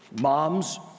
Moms